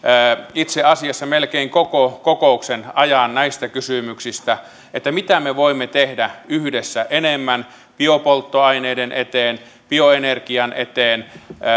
itse asiassa melkein koko kokouksen ajan näistä kysymyksistä mitä me voimme tehdä yhdessä enemmän biopolttoaineiden eteen bioenergian eteen